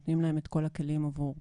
נותנים להם את כל הכלים עבור כך.